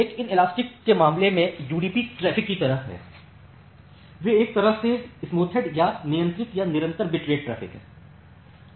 एक inelastic के मामले में वे यूडीपी ट्रैफ़िक की तरह हैं वे एक तरह से स्मूथेड या नियंत्रित या निरंतर बिट रेट ट्रैफ़िक हैं